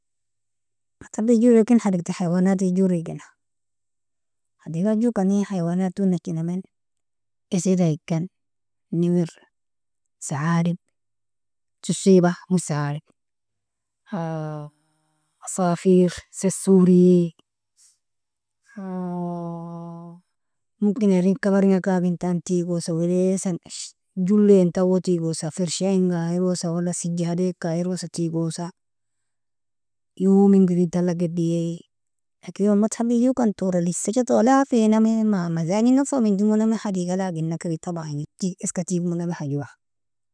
Mathafil jurilekin hadiqat alhayawanatil juri gena, hadiqal jukani hayawanaton nachinamen esada ikan, نمر ثعالب tuseaba مش ثعالب عصافير, sessuri, mumkina irin kabringa kagintan tigosa welessan shj- jollen tawo tigosa, fershainga airosa wala sijadeaka airosa tigosa youming irin tala geddie, lakin iron mathafil jukan tora liffecha tawali hafainame, ma- mazajinog fa menjimuname hadigaa agin'nakira taban eska tigmuname hajua.